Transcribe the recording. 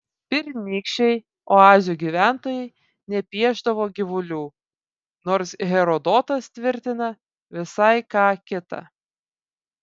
pirmykščiai oazių gyventojai nepiešdavo gyvulių nors herodotas tvirtina visai ką kita